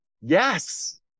Yes